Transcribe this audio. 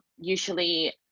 usually